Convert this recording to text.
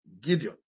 Gideon